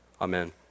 amen